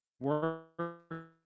work